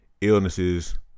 illnesses